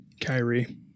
Kyrie